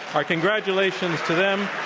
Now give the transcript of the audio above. our congratulations to them.